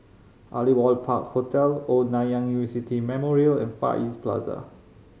Aliwal Park Hotel Old Nanyang University Memorial and Far East Plaza